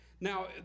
Now